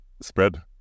spread